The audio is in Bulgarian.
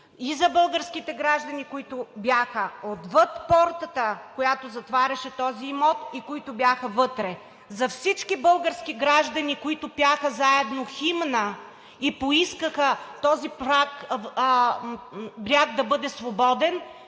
и за българските граждани, които бяха отвъд портата, която затваряше този имот, и които бяха вътре. За всички български граждани, които пяха заедно химна и поискаха този бряг да бъде свободен,